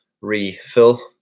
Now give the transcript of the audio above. refill